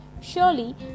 surely